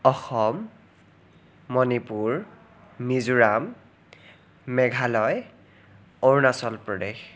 Assam Manipur Mizoram Meghalaya Arunachal Pradesh